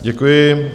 Děkuji.